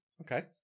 Okay